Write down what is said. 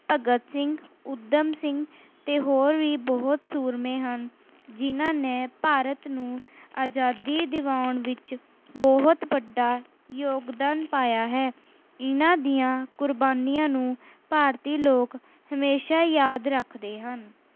ਭਗਤ ਸਿੰਘ ਊਧਮ ਸਿੰਘ ਅਤੇ ਹੋਰ ਵੀ ਬਹੁਤ ਸੂਰਮੇ ਹਨ ਜਿਨ੍ਹਾਂ ਨੇ ਭਾਰਤ ਨੂੰ ਆਜ਼ਾਦੀ ਦਿਵਾਉਣ ਵਿੱਚ ਬਹੁਤ ਵੱਡਾ ਯੋਗਦਾਨ ਪਾਇਆ ਹੈ ਇਹਨਾਂ ਦੀਆਂ ਕੁਰਬਾਨੀਆਂ ਨੂੰ ਭਾਰਤੀ ਲੋਕ ਹਮੇਸ਼ਾ ਯਾਦ ਰੱਖਦੇ ਹਨ